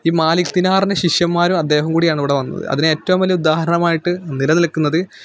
ഈ മാലിക് തിനാറിന് ശിഷ്യന്മാരും അദ്ദേഹവും കൂടിയാണ് ഇവിടെ വന്നത് അതിനേറ്റവും വലിയ ഉദാഹരണമായിട്ട് നിലനില്ക്കുന്നത്